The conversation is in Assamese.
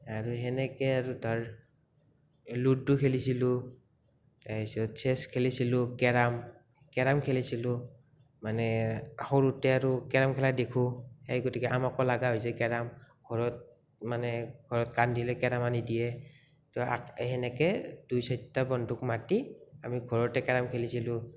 আৰু হেনেকে আৰু তাৰ লুডু খেলিছিলোঁ তাৰপিছত চেছ খেলিছিলোঁ কেৰম কেৰম খেলিছিলো মানে সৰুতে আৰু কেৰম খেলা দেখোঁ সেই গতিকে আমাকো লগা হৈছে কেৰম ঘৰত মানে ঘৰত কান্দিলে কেৰম আনি দিয়ে ত' হেনেকে দুই চাৰিটা বন্ধুক মাতি আমি ঘৰতে কেৰম খেলিছিলোঁ